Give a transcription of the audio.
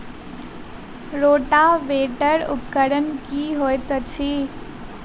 Rotavator उपकरण की हएत अछि?